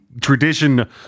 tradition